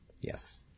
Yes